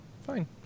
Fine